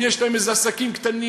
יש להם איזה עסק קטן,